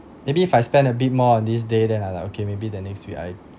maybe if I spend a bit more on this day then I like okay maybe the next week I